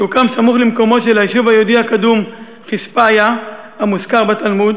שהוקם סמוך למקומו של היישוב היהודי הקדום חיספיא המוזכר בתלמוד,